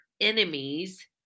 enemies